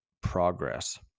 progress